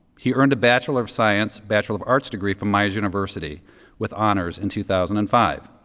he earned a bachelor of science bachelor of arts degree from myers university with honors in two thousand and five.